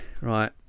right